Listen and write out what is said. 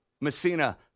Messina